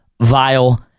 vile